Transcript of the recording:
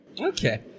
Okay